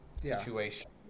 situation